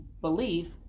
belief